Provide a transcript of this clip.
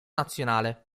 nazionale